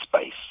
space